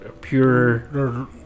pure